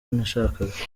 nashakaga